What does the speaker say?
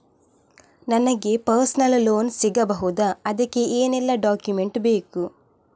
ನನಗೆ personal loan ಸಿಗಬಹುದ ಅದಕ್ಕೆ ಏನೆಲ್ಲ ಡಾಕ್ಯುಮೆಂಟ್ ಬೇಕು?